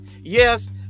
Yes